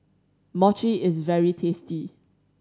mochi is very tasty